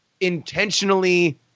intentionally